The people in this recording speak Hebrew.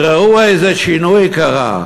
ראו איזה שינוי קרה.